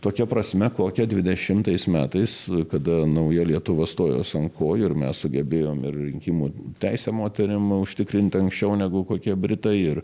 tokia prasme kokią dvidešimtais metais kada nauja lietuva stojos ant kojų ir mes sugebėjom ir rinkimų teisę moterims užtikrinti anksčiau negu kokie britai ir